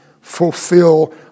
fulfill